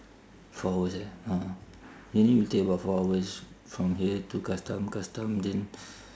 four hours ya ah you need to take about four hours from here to custom custom then